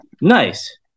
Nice